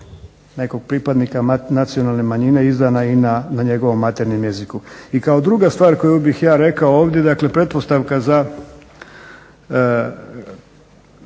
nekog pripadnika nacionalne manjine izdana i na njegovom materinjem jeziku. I kao druga stvar koju bih ja rekao ovdje, dakle pretpostavka za